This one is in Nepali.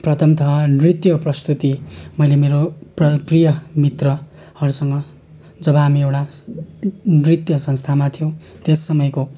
प्रथमतः नृत्य प्रस्तुति मैले मेरो प्रिय मित्रहरूसँग जब हामी एउटा नृत्य संस्थामा थियौँ त्यस समयको